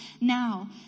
now